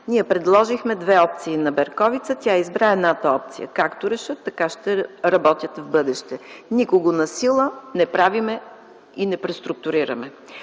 ние предложихме две опции на Берковица, тя избра едната опция. Както решат, така ще работят в бъдеще. Никого насила не преструктурираме.